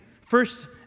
First